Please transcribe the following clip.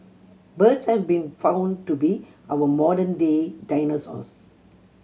birds have been found to be our modern day dinosaurs